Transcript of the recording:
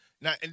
now